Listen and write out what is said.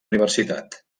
universitat